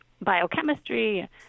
biochemistry